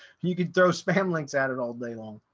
you can throw spam links at it all day long.